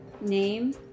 name